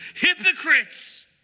hypocrites